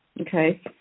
Okay